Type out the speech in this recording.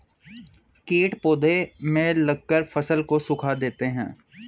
कीट पौधे में लगकर फसल को सुखा देते हैं